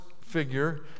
figure